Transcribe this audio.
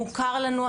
מוכר לנו,